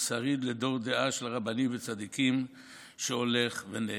הוא שריד לדור דעה של רבנים וצדיקים שהולך ונעלם,